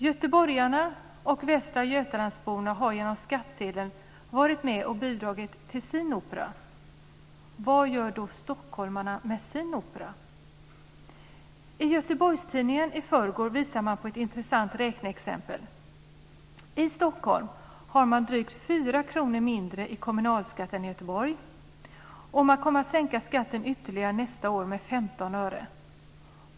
Göteborgarna och Västra Götalandsborna har genom skattsedeln varit med och bidragit till sin opera. Vad gör då stockholmarna för sin opera? I Göteborgstidningen i förrgår visade man på ett intressant räkneexempel. I Stockholm har man drygt 4 kr mindre i kommunalskatt än i Göteborg, och man kommer att sänka skatten ytterligare nästa år med 15 öre.